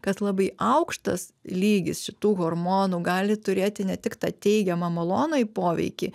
kad labai aukštas lygis šitų hormonų gali turėti ne tik tą teigiamą malonųjį poveikį